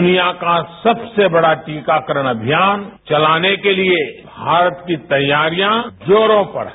दूनिया का सबसे बड़ा टीकाकरण अभियान चलाने के लिए भारत की तैयारियां जोरों पर हैं